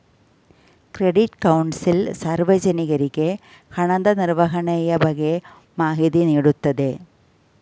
credit council ಸಾರ್ವಜನಿಕರಿಗೆ ಹಣದ ನಿರ್ವಹಣೆಯ ಬಗ್ಗೆ ಮಾಹಿತಿ ನೀಡುತ್ತದೆ